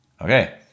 Okay